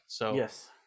Yes